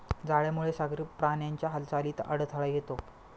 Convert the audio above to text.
जाळ्यामुळे सागरी प्राण्यांच्या हालचालीत अडथळा येतो